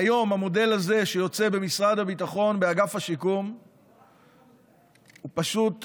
והיום המודל הזה שיוצא באגף השיקום במשרד הביטחון הוא פשוט הולך,